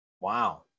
Wow